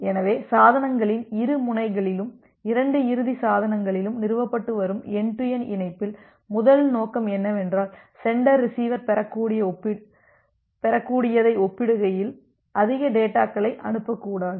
எனவே சாதனங்களின் இரு முனைகளிலும் இரண்டு இறுதி சாதனங்களிலும் நிறுவப்பட்டு வரும் என்டு டு என்டு இணைப்பில்முதல் நோக்கம் என்னவென்றால் சென்டர் ரிசிவர் பெறக்கூடியதை ஒப்பிடுகையில் அதிக டேட்டாக்களை அனுப்பக்கூடாது